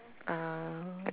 uh